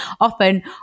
often